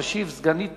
תשיב סגנית